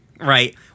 Right